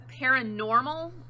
paranormal